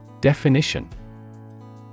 Definition